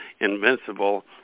invincible